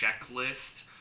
checklist